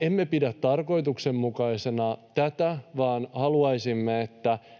Emme pidä tarkoituksenmukaisena tätä, vaan haluaisimme,